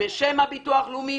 בשם הביטוח הלאומי,